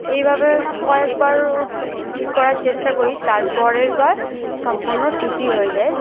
এইভাবে কয়েকবার ঠিক করার চেষ্টা করি তারপরের বার সম্পূর্ণ ঠিকই হয়ে যায়